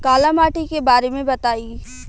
काला माटी के बारे में बताई?